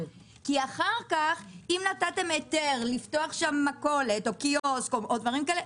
כי אחר כך אם נתתם היתר לפתוח שם מכולת או קיוסק או דברים כאלה,